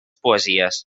poesies